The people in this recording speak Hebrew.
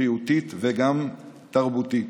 בריאותית וגם תרבותית.